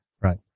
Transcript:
Right